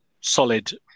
solid